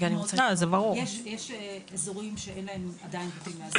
יש אזורים שאין להם עדיין תקינה,